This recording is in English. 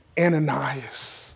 Ananias